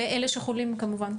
לאלה שחולים, כמובן.